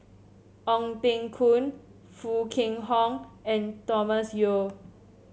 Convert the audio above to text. Ong Teng Koon Foo Kwee Horng and Thomas Yeo